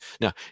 Now